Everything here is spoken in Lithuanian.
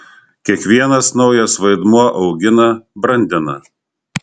kiekvienas naujas vaidmuo augina brandina